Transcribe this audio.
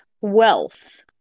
wealth